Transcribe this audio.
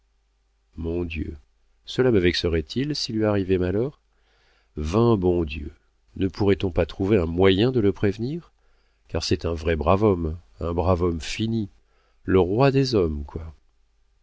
mon dieu cela me vexerait il s'il lui arrivait malheur vingt bon dieu ne pourrait-on pas trouver un moyen de le prévenir car c'est un vrai brave homme un brave homme fini le roi des hommes